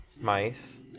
mice